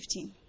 15